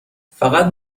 فقط